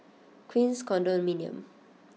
Queens Condominium